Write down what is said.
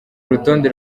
rutonde